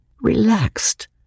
relaxed